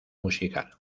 musical